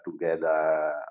together